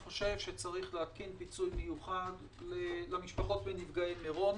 צריך להקים פיצוי מיוחד למשפחות נפגעי מירון,